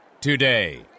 today